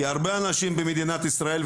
כי הרבה אנשים במדינת ישראל,